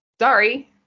sorry